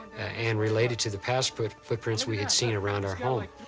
and related to the past but footprints we had seen around our home. like